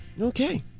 Okay